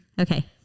Okay